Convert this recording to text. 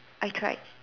I cried